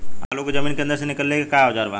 आलू को जमीन के अंदर से निकाले के का औजार बा?